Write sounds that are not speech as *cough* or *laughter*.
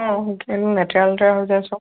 অঁ *unintelligible* এইবােৰ লেতেৰা লেতেৰা হৈ যায় চব